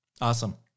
Awesome